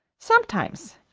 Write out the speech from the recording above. sometimes,